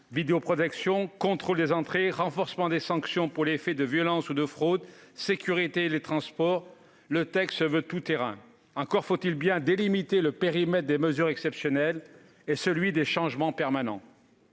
Vidéoprotection, contrôle des entrées, renforcement des sanctions pour les faits de violence ou de fraude, sécurité dans les transports ... le texte se veut tout terrain. Encore faut-il bien délimiter le périmètre des mesures exceptionnelles et celui des changements permanents.